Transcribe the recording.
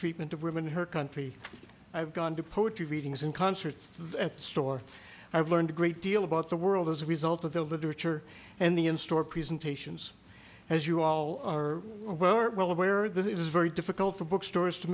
treatment of women in her country i've gone to poetry readings in concerts at store i've learned a great deal about the world as a result of the literature and the in store presentations as you all are well aware that it is very difficult for bookstores to